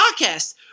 Podcast